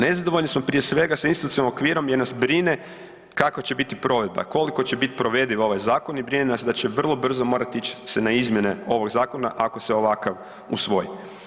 Nezadovoljni smo prije svega sa institucionalnim okvirom jer nas brine kakva će biti provedba, koliko će bit provediv ovaj zakon i brine nas da će vrlo brzo morat ić se na izmjene ovog zakona ako se ovakav usvoji.